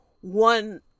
one